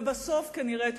ובסוף כנראה תתקפל.